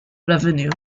revenue